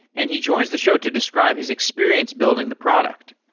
and he joins the show to describe his experience building the product.